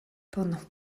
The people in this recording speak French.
pendant